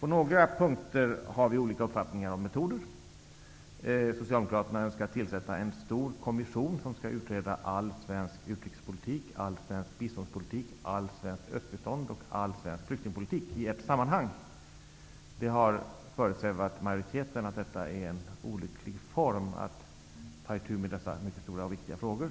På några punkter har vi olika uppfattningar om metoder. Socialdemokraterna önskar tillsätta en stor kommission som skall utreda all svensk utrikespolitik, all svensk biståndspolitik, allt svenskt östbistånd och all svensk flyktingpolitik i ett sammanhang. Det har föresvävat majoriteten att detta är en olycklig form för att ta itu med dessa mycket stora och viktiga frågor,